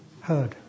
heard